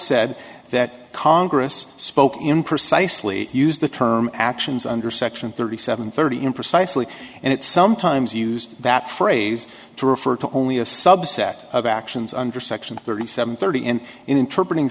said that congress spoke in precisely used the term actions under section thirty seven thirty in precisely and it sometimes used that phrase to refer to only a subset of actions under section thirty thirty and interpret ng